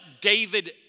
David